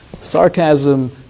Sarcasm